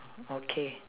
okay